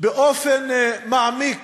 באופן מעמיק